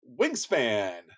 Wingspan